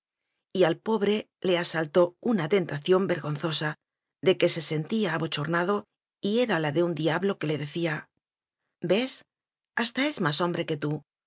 ello y al po bre le asaltó una tentación vergonzosa de que se sentía abochornado y era la de un dia blo que le decía ves hasta es más hom bre que tú